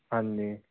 ਹਾਂਜੀ